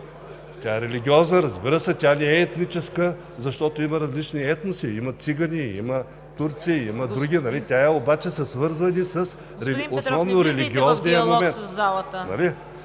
Тя е религиозна, разбира се, не е етническа, защото има различни етноси: има цигани, турци, има други. Те обаче са свързани основно с религиозния момент.